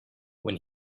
when